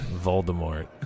Voldemort